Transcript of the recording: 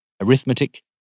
arithmetic